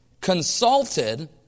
consulted